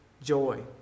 joy